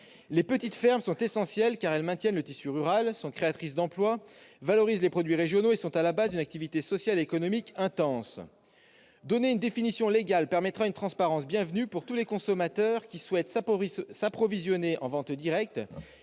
Les petites fermes sont essentielles, car elles maintiennent le tissu rural, sont créatrices d'emploi, valorisent les produits régionaux et sont à la base d'une activité sociale et économique intense. Leur donner une définition légale offrira une transparence bienvenue à tous les consommateurs qui souhaitent favoriser ce mode de